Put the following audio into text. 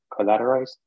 collateralized